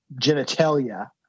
genitalia